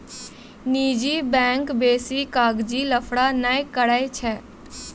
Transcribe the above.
निजी बैंक बेसी कागजी लफड़ा नै करै छै